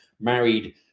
married